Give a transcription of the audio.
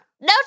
No